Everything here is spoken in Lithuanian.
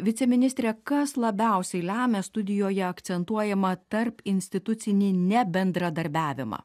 viceministre kas labiausiai lemia studijoje akcentuojamą tarpinstitucinį nebendradarbiavimą